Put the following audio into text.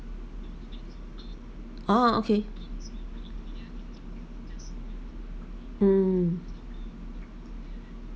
ah okay mm